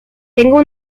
tengo